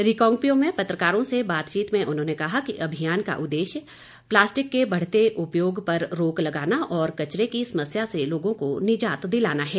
रिकांगपिओ में पत्रकारों से बातचीत में उन्होंने कहा कि अभियान का उददेश्य प्लास्टिक के बढ़ते उपयोग पर रोक लगाना और कचरे की समस्या से लोगों को निजात दिलाना है